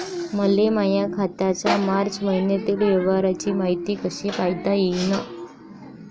मले माया खात्याच्या मार्च मईन्यातील व्यवहाराची मायती कशी पायता येईन?